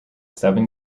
seven